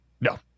no